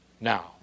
now